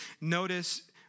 Notice